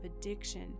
addiction